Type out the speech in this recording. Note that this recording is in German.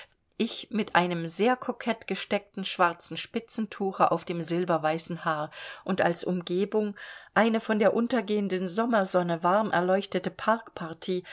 ich mit einem sehr kokett gesteckten schwarzen spitzentuche auf dem silberweißen haar und als umgebung eine vor der untergehenden sommersonne warm erleuchtete parkpartie